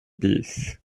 peace